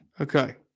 Okay